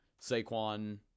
Saquon